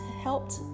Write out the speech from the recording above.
helped